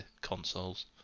consoles